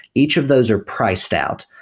each of those are priced out.